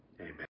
Amen